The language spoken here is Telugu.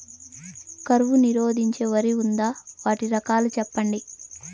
కరువు నిరోధించే వరి ఉందా? వాటి రకాలు చెప్పండి?